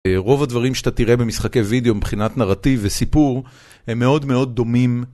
רוב הדברים שאתה תראה במשחקי וידאו, מבחינת נרטיב וסיפור, הם מאוד מאוד דומים.